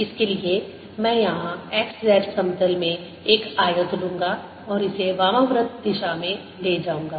इसके लिए मैं यहाँ xz समतल में एक आयत लूंगा और इसे वामाव्रत दिशा में ले जाऊंगा